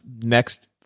next